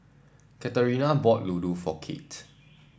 Katarina bought Ladoo for Kate